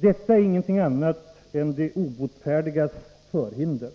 Detta är ingenting annat än de obotfärdigas förhinder.